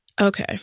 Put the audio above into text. Okay